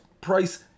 price